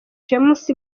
james